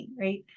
right